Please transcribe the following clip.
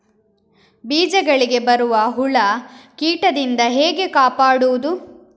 ಬೀಜಗಳಿಗೆ ಬರುವ ಹುಳ, ಕೀಟದಿಂದ ಹೇಗೆ ಕಾಪಾಡುವುದು?